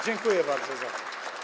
Dziękuję bardzo za to.